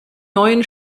neuen